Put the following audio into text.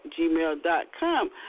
gmail.com